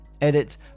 Edit